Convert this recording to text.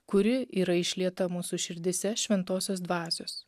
kuri yra išlieta mūsų širdyse šventosios dvasios